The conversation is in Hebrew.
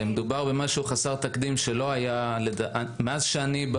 מדובר במשהו חסר תקדים שלא היה מאז שאני נמצא